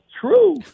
true